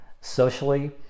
socially